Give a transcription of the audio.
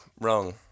Wrong